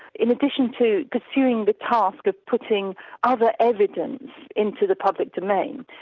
in addition to pursuing the task of putting other evidence into the public domain,